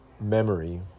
memory